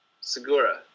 Segura